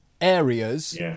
areas